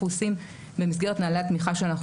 עושים במסגרת נהלי התמיכה שאנחנו מקיימים היום.